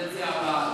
בקדנציה הבאה.